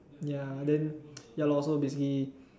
ya then ya lah so basically